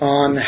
on